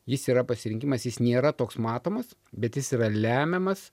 jis yra pasirinkimas jis nėra toks matomas bet jis yra lemiamas